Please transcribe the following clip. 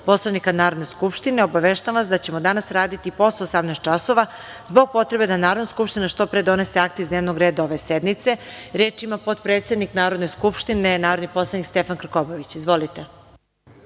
Poslovnika Narodne skupštine, obaveštavam vas da ćemo danas raditi i posle 18.00 časova zbog potrebe da Narodna skupštine što pre donese akte iz dnevnog reda ove sednice. Reč ima potpredsednik Narodne skupštine, narodni poslanik Stefan Krkobabić. Izvolite.